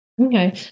Okay